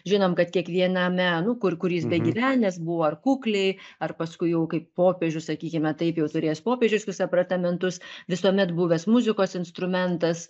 žinom kad kiekviename nu kur kur jis begyvenęs buvo ar kukliai ar paskui kaip popiežius sakykime taip jau turėjęs popiežiškus apartamentus visuomet buvęs muzikos instrumentas